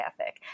ethic